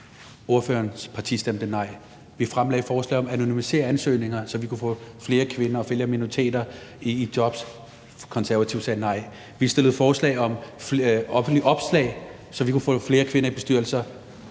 Ordførerens parti stemte nej. Vi fremlagde forslag om at anonymisere ansøgninger, så vi kunne få flere kvinder og flere minoriteter i job. Konservative sagde nej. Vi stillede forslag om offentlige opslag, så vi kunne få flere kvinder i bestyrelser.